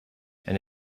and